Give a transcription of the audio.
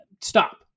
stop